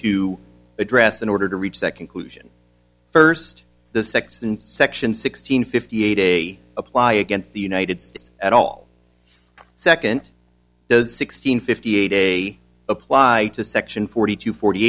to address in order to reach that conclusion first the sex in section sixteen fifty eight a apply against the united states at all second does sixteen fifty a day apply to section forty two forty